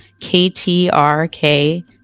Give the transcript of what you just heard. KTRK